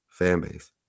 Fanbase